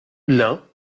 l’un